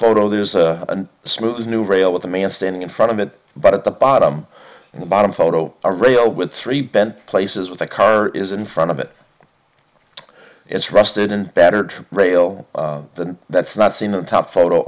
photo there is a smooth new rail with the man standing in front of it but at the bottom in the bottom photo a rail with three ben places with a car is in front of it it's rusted and battered rail that's not seen the top photo